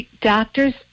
doctors